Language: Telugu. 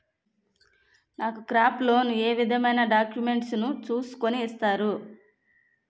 నాకు క్రాప్ లోన్ ఏ విధమైన డాక్యుమెంట్స్ ను చూస్కుని ఇస్తారు?